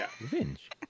Revenge